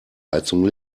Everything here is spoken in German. heizung